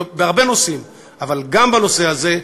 בהרבה נושאים אבל גם בנושא הזה,